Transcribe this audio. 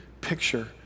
picture